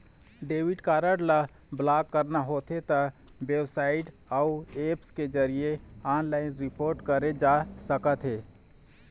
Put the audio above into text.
debit card ल block कराना होथे त बेबसाइट अउ ऐप्स के जरिए ऑनलाइन रिपोर्ट करे जा सकथे